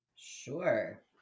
Sure